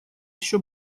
ещё